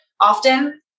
often